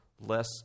less